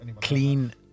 Clean